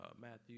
Matthew